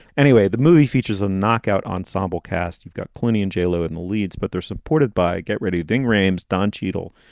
anyway, the movie features a knockout ensemble cast. you've got plenty of and jaylo in the leads, but they're supported by get ready, ving rhames, don cheadle,